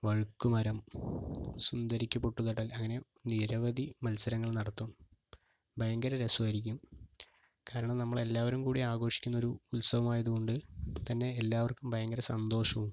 വഴുക്കുമരം സുന്ദരിക്ക് പൊട്ട് തൊടൽ അങ്ങനെ നിരവധി മത്സരങ്ങൾ നടത്തും ഭയങ്കര രസമായിരിക്കും കാരണം നമ്മളെല്ലാവരും കൂടി ആഘോഷിക്കുന്ന ഒരു ഉത്സവമായതുകൊണ്ട് തന്നെ എല്ലാവർക്കും ഭയങ്കര സന്തോഷവും